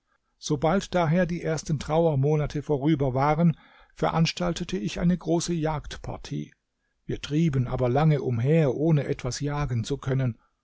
sobald daher die ersten trauermonate vorüber waren veranstaltete ich eine große jagdpartie wir trieben aber lange umher ohne etwas jagen zu können